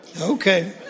Okay